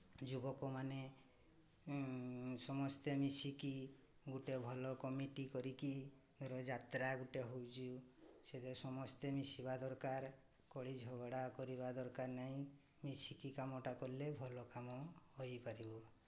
ଯୁବକମାନେ ସମସ୍ତେ ମିଶିକି ଗୋଟେ ଭଲ କମିଟି କରିକି ଧର ଯାତ୍ରା ଗୋଟେ ହେଉଛି ସେଥିରେ ସମସ୍ତେ ମିଶିବା ଦରକାର କଳି ଝଗଡ଼ା କରିବା ଦରକାର ନାହିଁ ମିଶିକି କାମଟା କଲେ ଭଲ କାମ ହୋଇପାରିବ